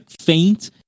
faint